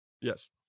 Yes